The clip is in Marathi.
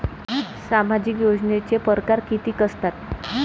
सामाजिक योजनेचे परकार कितीक असतात?